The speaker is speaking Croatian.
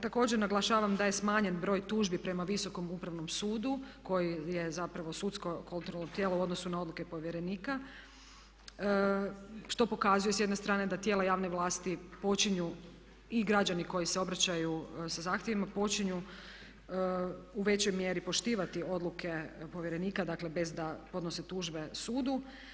Također, naglašavam da je smanjen broj tužbi prema Visokom upravnom sudu koji je zapravo sudsko kolateralno tijelo u odnosu na odluke povjerenika što pokazuje s jedne strane da tijela javne vlasti počinju, i građani koji se obraćaju sa zahtjevima, počinju u većoj mjeri poštivati odluke povjerenika dakle bez da podnose tužbe sudu.